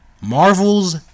Marvel's